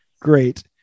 great